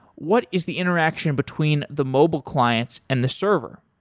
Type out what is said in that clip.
what is the interaction between the mobile clients and the server?